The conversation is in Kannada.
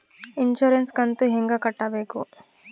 ಇನ್ಸುರೆನ್ಸ್ ಕಂತು ಹೆಂಗ ಕಟ್ಟಬೇಕು?